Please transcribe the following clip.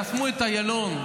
חסמו את איילון.